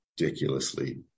ridiculously